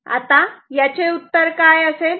आता याचे उत्तर काय असेल